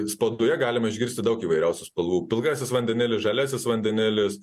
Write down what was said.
spaudoje galima išgirsti daug įvairiausių spalvų pilkasis vandenilis žaliasis vandenilis